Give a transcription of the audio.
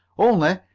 only,